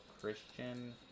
Christian